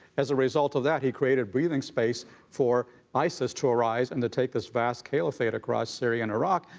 as a result of that, he created breathing space for isis to arise and to take this vast caliphate across syria and iraq.